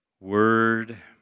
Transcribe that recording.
word